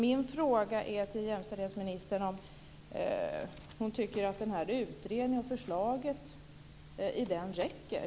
Min fråga till jämställdhetsministern är om hon tycker att utredningens förslag räcker.